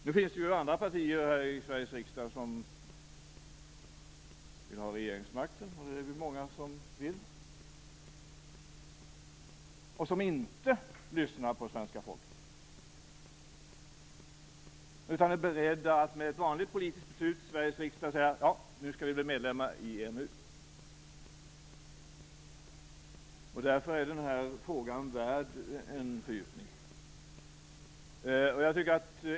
Nu finns det ju andra partier i Sveriges riksdag som vill ha regeringsmakten - det är väl många som vill det - och som inte lyssnar på svenska folket utan är beredda att med ett vanligt politiskt beslut i Sveriges riksdag säga: Nu skall vi bli medlemmar i EMU. Därför är frågan värd en fördjupning.